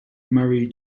murray